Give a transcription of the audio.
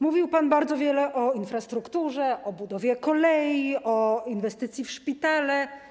Mówił pan bardzo wiele o infrastrukturze, o budowie kolei, o inwestycji w szpitale.